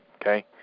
okay